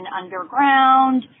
underground